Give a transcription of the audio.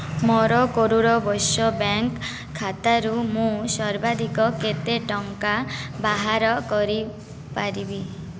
ମୋର କରୂର ବୈଶ୍ୟ ବ୍ୟାଙ୍କ ଖାତାରୁ ମୁଁ ସର୍ବାଧିକ କେତେ ଟଙ୍କା ବାହାର କରିପାରିବି